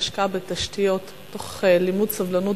אין ספק שהשקעה בתשתיות תוך לימוד סובלנות